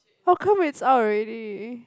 how come it's out already